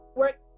work